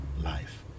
life